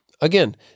Again